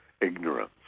ignorance